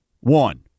One